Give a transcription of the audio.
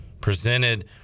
presented